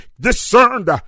discerned